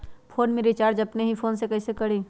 Phone में recharge अपने ही फ़ोन से कईसे करी?